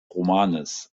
romanes